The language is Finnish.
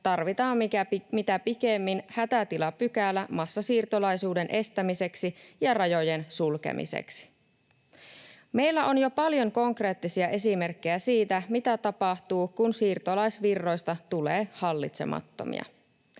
tarvitaan mitä pikimmin hätätilapykälä massasiirtolaisuuden estämiseksi ja rajojen sulkemiseksi. Meillä on jo paljon konkreettisia esimerkkejä siitä, mitä tapahtuu, kun siirtolaisvirroista tulee hallitsemattomia.